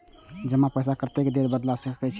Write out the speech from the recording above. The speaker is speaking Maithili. जमा पैसा कतेक देर बाद ला सके छी?